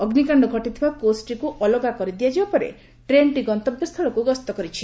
ଅଗ୍ରିକାଣ୍ଡ ଘଟିଥିବା କୋଚ୍ଟିକୁ ଅଲଗା କରିଦିଆଯିବା ପରେ ଟେନ୍ଟି ଗନ୍ତବ୍ୟସ୍କଳକୁ ଗସ୍ତ କରିଛି